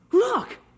Look